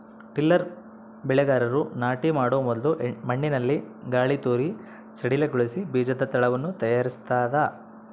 tiller ಬೆಳೆಗಾರರು ನಾಟಿ ಮಾಡೊ ಮೊದಲು ಮಣ್ಣಿನಲ್ಲಿ ಗಾಳಿತೂರಿ ಸಡಿಲಗೊಳಿಸಿ ಬೀಜದ ತಳವನ್ನು ತಯಾರಿಸ್ತದ